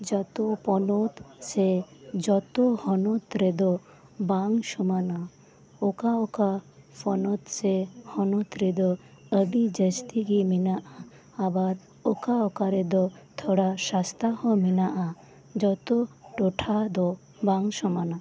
ᱡᱚᱛᱚ ᱯᱚᱱᱚᱛ ᱥᱮ ᱡᱚᱛᱚ ᱦᱚᱱᱚᱛ ᱨᱮᱫᱚ ᱵᱟᱝ ᱥᱚᱢᱟᱱᱟ ᱚᱠᱟ ᱚᱠᱟ ᱯᱚᱱᱚᱛ ᱥᱮ ᱦᱚᱱᱚᱛ ᱨᱮᱫᱚ ᱟᱹᱰᱤ ᱡᱟᱹᱥᱛᱤ ᱜᱮ ᱢᱮᱱᱟᱜᱼᱟ ᱟᱵᱟᱨ ᱚᱠᱟ ᱚᱠᱟ ᱨᱮᱫᱚ ᱛᱷᱚᱲᱟ ᱥᱟᱥᱛᱟ ᱦᱚᱸ ᱢᱮᱱᱟᱜᱼᱟ ᱡᱚᱛᱚ ᱴᱚᱴᱷᱟ ᱫᱚ ᱵᱟᱝ ᱥᱚᱢᱟᱱᱟ